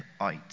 out